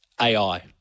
AI